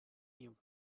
you